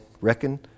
Reckon